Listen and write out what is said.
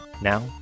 Now